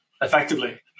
effectively